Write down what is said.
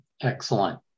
Excellent